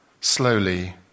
slowly